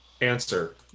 Answer